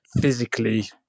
physically